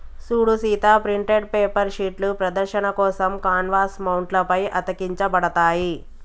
సూడు Sita printed paper షీట్లు ప్రదర్శన కోసం కాన్వాస్ మౌంట్ల పై అతికించబడతాయి